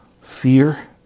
fear